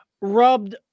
rubbed